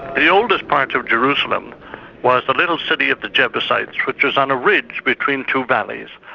the oldest part of jerusalem was the little city of the jebusites, which was on a ridge between two valleys,